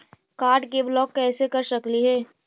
Card के block कैसे कर सकली हे?